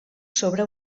sobre